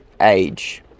age